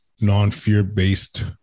non-fear-based